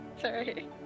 Sorry